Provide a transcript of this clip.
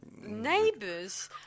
neighbors